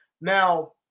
Now